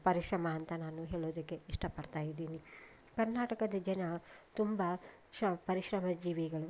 ಪರಿಶ್ರಮ ಅಂತ ನಾನು ಹೇಳೋದಕ್ಕೆ ಇಷ್ಟಪಡ್ತಾ ಇದೀನಿ ಕರ್ನಾಟಕದ ಜನ ತುಂಬ ಶವ್ ಪರಿಶ್ರಮ ಜೀವಿಗಳು